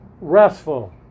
restful